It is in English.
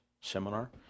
Seminar